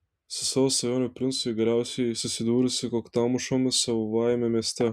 su savo svajonių princu ji galiausiai susidūrusi kaktomušomis savajame mieste